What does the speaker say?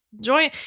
join